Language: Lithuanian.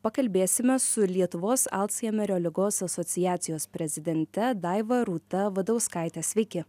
pakalbėsime su lietuvos alzheimerio ligos asociacijos prezidente daiva rūta vadauskaite sveiki